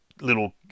little